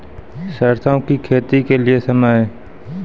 सरसों की खेती के लिए समय?